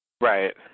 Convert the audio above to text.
Right